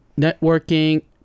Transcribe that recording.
networking